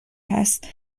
هست